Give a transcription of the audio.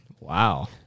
Wow